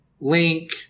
Link